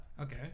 okay